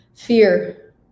fear